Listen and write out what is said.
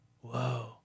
Whoa